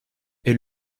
est